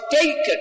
taken